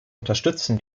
unterstützen